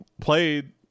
played